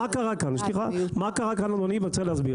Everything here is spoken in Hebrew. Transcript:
זה מיותר לחלוטין.